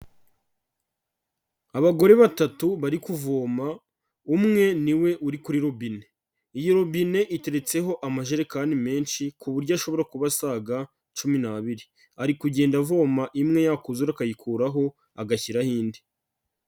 Abagore batatu bari kuvoma, umwe ni we uri kuri robine. Iyo robine iteretseho amajerekani menshi ku buryo ashobora kuba asaga cumi n'abiri. Ari kugenda avoma imwe yakuzura akayikuraho agashyiraho indi.